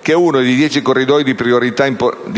che è uno dei dieci corridoi di